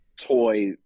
toy